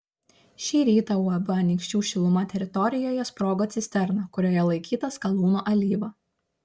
šį rytą uab anykščių šiluma teritorijoje sprogo cisterna kurioje laikyta skalūnų alyva